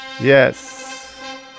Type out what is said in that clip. yes